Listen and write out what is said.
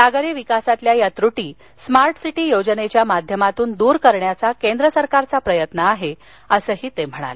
नागरी विकासातल्या या त्रटी स्मार्ट सिटी योजनेच्या माध्यमातून दूर करण्याचा केंद्र सरकारचा प्रयत्न आहे असं ते म्हणाले